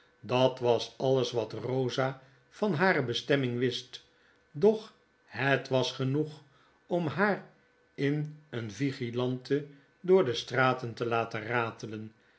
dat was alles wat rosa van hare bestemming wist doch het was genoeg om haar in een vigilante door de straten te laten ratelen